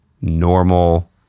normal